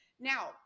Now